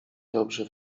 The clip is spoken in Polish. dobrze